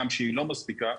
גם שהיא לא מספיקה,